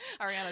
Ariana